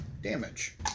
damage